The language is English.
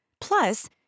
Plus